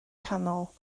canol